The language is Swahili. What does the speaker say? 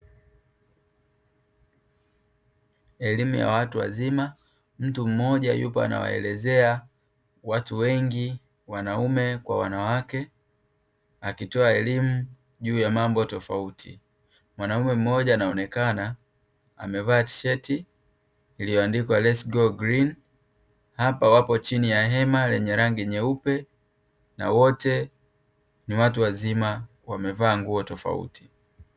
Elimu ya watu wazima, mtu mmoja yupo anawaelezea watu wengi (wanaume kwa wanawake), akitoa elimu juu ya mambo tofauti. Mwanaume mmoja anaonekana amevaa tisheti iliyoandikwa"LET'S GO GREEN". Hapa wapo chini ya hema lenye rangi nyeupe na wote ni watu wazima wamevaa nguo tofauti.